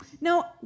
no